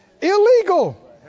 illegal